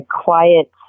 quiet